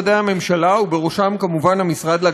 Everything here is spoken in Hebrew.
ובראשם כמובן המשרד להגנת הסביבה,